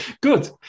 good